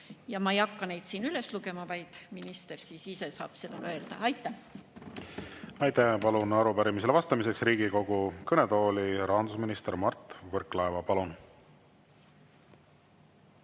Ma ei hakka neid siin ette lugema, minister saab seda ise teha. Aitäh! Aitäh! Palun arupärimisele vastamiseks Riigikogu kõnetooli rahandusminister Mart Võrklaeva. Palun!